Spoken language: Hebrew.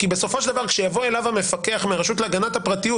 כי בסופו של דבר כשיבוא אליו המפקח מהרשות להגנת הפרטיות